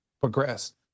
progressed